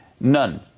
None